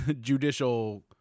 judicial